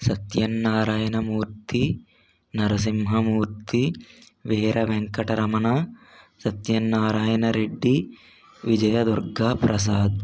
Satyanarayana Murthy Narasimhamurthy Veera Venkataramana Satyanarayana Reddy Vijaya Durga Prasad